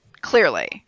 Clearly